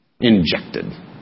injected